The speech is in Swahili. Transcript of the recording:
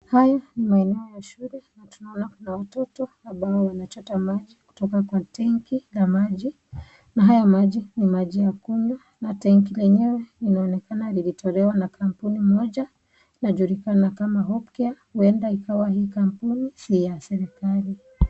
Haya ni maeneo ya shule na tunaona kuna watoto ambao wanachota maji kutoka kwa tenki la maji na haya maji ni maji ya kunywa na tenki lenyewe linaonekana lilitolewa na kampuni moja inajulikana kama hope care huenda ikawa hii kampuni sii ya serikali.